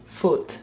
Foot